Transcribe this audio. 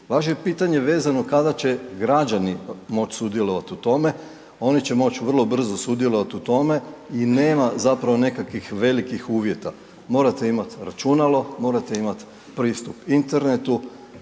Vaše pitanje vezano kada će građani moć sudjelovat u tome, oni će moć vrlo brzo sudjelovati u tome i nema zapravo nekakvih velikih uvjeta, morate imat računalo, morate imat pristup internetu,